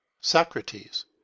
Socrates